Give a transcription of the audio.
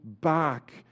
back